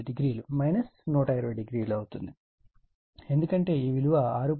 80 ∠1200 అవుతుంది ఎందుకంటే ఈ విలువ 6